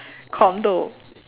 condo